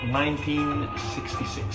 1966